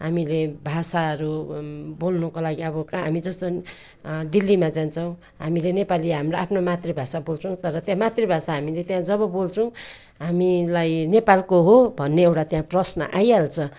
हामीले भाषाहरू बोल्नुको लागि अब का हामी जस्तो दिल्लीमा जान्छौँ हामीले नेपाली हामीलाई आफ्नो मातृभाषा बोल्छौँ तर त्यहाँ मातृभाषा हामीले त्यहाँ जब बोल्छौँ हामीलाई नेपालको हो भन्ने एउटा त्यहाँ प्रश्न आइहाल्छ